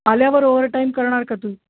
आल्यावर ओवरटाइम करणार का तू